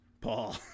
Paul